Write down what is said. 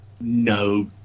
No